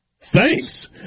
Thanks